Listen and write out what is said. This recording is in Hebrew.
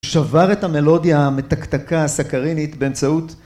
שבר את המלודיה המתקתקה, הסכרינית, באמצעות